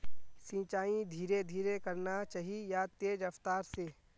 सिंचाई धीरे धीरे करना चही या तेज रफ्तार से?